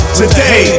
today